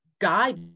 guide